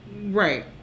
Right